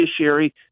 judiciary